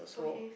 okay